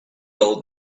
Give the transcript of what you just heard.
old